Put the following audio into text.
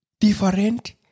different